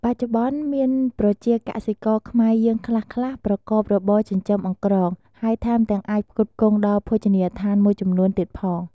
បច្ចុប្បន្ន មានប្រជាកសិករខ្មែរយើងខ្លះៗប្រកបរបរចិញ្ចឹមអង្រ្កង ហើយថែមទាំងអាចផ្គត់ផ្គង់ដល់ភោជនីយដ្ឋានមួយចំនួនទៀតផង។